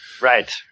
Right